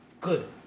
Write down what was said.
good